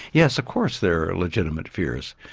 yes of course there are legitimate fears.